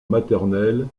maternel